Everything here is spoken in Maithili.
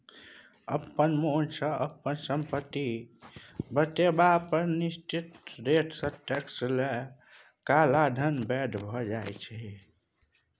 अपना मोनसँ अपन संपत्ति बतेबा पर निश्चित रेटसँ टैक्स लए काला धन बैद्य भ जेतै